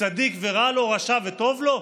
צדיק ורע לו, רשע וטוב לו?